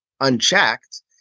unchecked